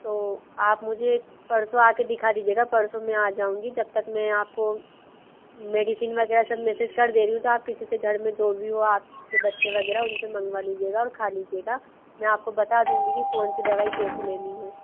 तो आप मुझे परसों आ के दिखा दीजिएगा परसों मैं आ जाऊँगी जब तक में आपको मेडिसिन वग़ैरह सब मेसेज कर दे रही हूँ तो आप किसी से घर में जो भी हो आप के बच्चे वग़ैरह उन से मंगवा लीजिएगा और खा लीजिएगा में आपको बता दूँगी कि कौनसी दवाई कैसे लेनी है